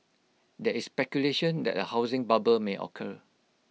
there is speculation that A housing bubble may occur